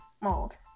mold